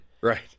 Right